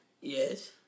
Yes